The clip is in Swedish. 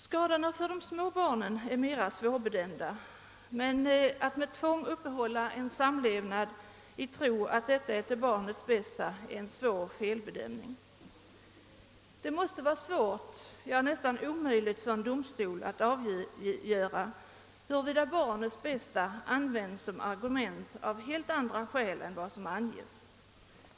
Skadorna för de små barnen är mera svårbedömda, men att med tvång upprätthålla en samlevnad i tron att detta är till barnets bästa är en svår felbedömning. Det måste vara svårt — ja, nästan omöjligt — för en domstol att avgöra, huruvida barnets bästa används som argument av helt andra skäl än de som anges.